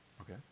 Okay